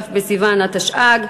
כ' בסיוון התשע"ג,